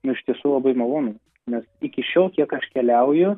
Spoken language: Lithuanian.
nu iš tiesų labai malonu nes iki šiol kiek aš keliauju